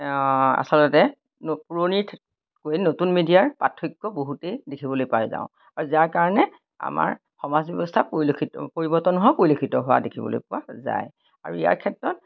আচলতে পুৰণি গৈ নতুন মিডিয়াৰ পাৰ্থক্য বহুতেই দেখিবলৈ পাই যাওঁ আৰু যাৰ কাৰণে আমাৰ সমাজ ব্যৱস্থা পৰিলক্ষিত পৰিৱৰ্তন হোৱা পৰিলক্ষিত হোৱা দেখিবলৈ পোৱা যায় আৰু ইয়াৰ ক্ষেত্ৰত